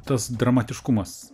tas dramatiškumas